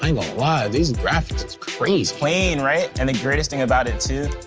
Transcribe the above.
um lie, these graphics is crazy. clean, right? and the greatest thing about it too